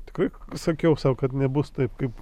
tikrai sakiau sau kad nebus taip kaip